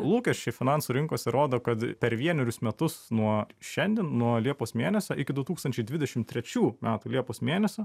lūkesčiai finansų rinkose rodo kad per vienerius metus nuo šiandien nuo liepos mėnesio iki du tūkstančiai dvidešim trečių metų liepos mėnesio